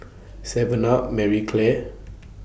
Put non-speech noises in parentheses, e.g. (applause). (noise) Seven up Marie Claire